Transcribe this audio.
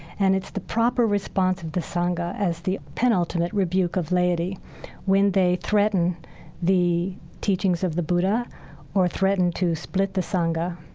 and it's the proper response of the sangha as the penultimate rebuke of laity when they threaten the teachings of the buddha or threatened to split the sangha.